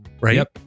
right